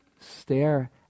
stare